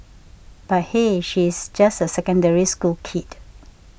but hey she's just a Secondary School kid